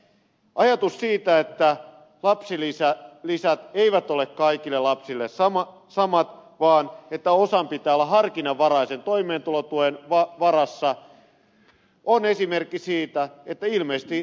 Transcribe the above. ajatus siitä että lapsilisät eivät ole kaikille lapsille samat vaan että osan pitää olla harkinnanvaraisen toimeentulotuen varassa on esimerkki siitä että ilmeisesti ed